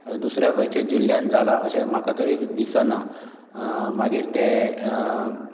दुसऱ्या खंयच्याय जिल्ल्यांत जालां अशें म्हाका तरी दिसना मागीर तें